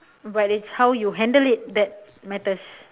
but it's how you handle it that matters